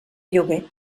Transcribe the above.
lloguer